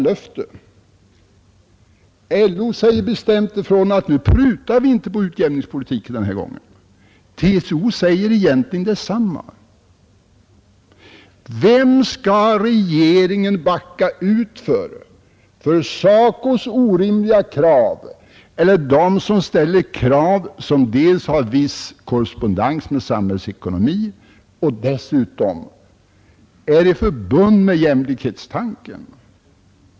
LO säger bestämt ifrån, att nu prutar vi inte på utjämningspolitiken den här gången. TCO säger egentligen detsamma. Vem skall regeringen backa ut för? För SACOSs orimliga krav eller för dem som ställer krav som har en viss korrespondens med samhällsekonomin och som dessutom är i förbund med jämlikhetstanken?